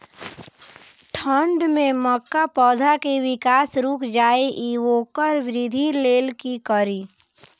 ठंढ में मक्का पौधा के विकास रूक जाय इ वोकर वृद्धि लेल कि करी?